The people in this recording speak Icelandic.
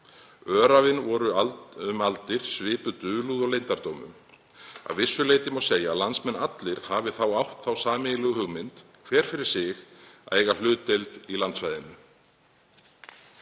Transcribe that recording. Öræfin voru um aldir sveipuð dulúð og leyndardómum. Að vissu leyti má segja að landsmenn allir hafi þá átt þá sameiginlegu hugmynd, hver fyrir sig, að eiga hlutdeild í landsvæðinu.